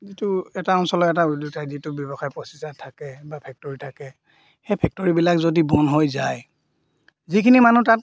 যিটো এটা অঞ্চলৰ এটা উদ্যোগতা যিটো ব্যৱসায় প্ৰচিজৰ থাকে বা ফেক্টৰী থাকে সেই ফেক্টৰীবিলাক যদি বন্ধ হৈ যায় যিখিনি মানুহ তাত